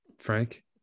Frank